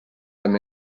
them